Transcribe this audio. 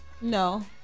No